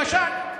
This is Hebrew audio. למשל,